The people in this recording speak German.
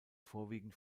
vorwiegend